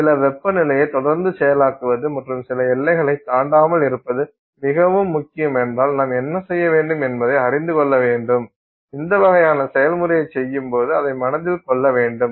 சில வெப்பநிலையை தொடர்ந்து செயலாக்குவது மற்றும் சில எல்லைகளை தாண்டாமல் இருப்பது மிகவும் முக்கியம் என்றால் நாம் என்ன செய்ய வேண்டும் என்பதை அறிந்து கொள்ள வேண்டும் இந்த வகையான செயல்முறையை செய்யும்போது அதை மனதில் கொள்ள வேண்டும்